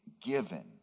given